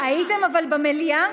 הייתם במליאה